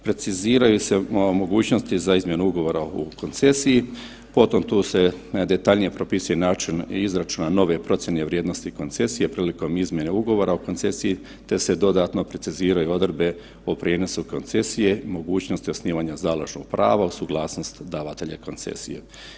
Preciziraju se mogućnosti za izmjenu ugovora o koncesiji, potom tu se detaljnije propisuje način izračuna nove procjene vrijednosti koncesije prilikom izmjene ugovora o koncesiji te se dodatno preciziraju odredbe o prijenosu koncesije i mogućnosti osnivanja založnog prava uz suglasnost davatelja koncesija.